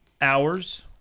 hours